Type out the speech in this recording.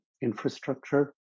infrastructure